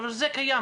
אבל זה קיים,